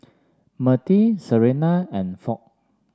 Mertie Serena and Foch